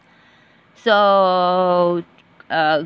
so uh